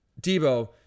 Debo